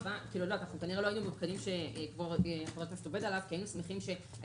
לא ידענו שחבר הכנסת עובד עליו כי היינו שמחים שהיית